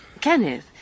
Kenneth